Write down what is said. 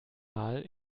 mal